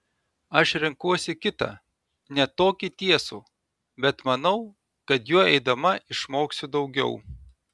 aš renkuosi kitą ne tokį tiesų bet manau kad juo eidama išmoksiu daugiau